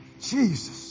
Jesus